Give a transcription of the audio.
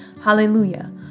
Hallelujah